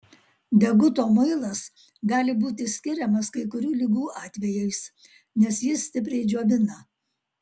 deguto muilas gali būti skiriamas kai kurių ligų atvejais nes jis stipriai džiovina